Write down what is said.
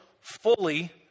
fully